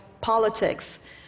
politics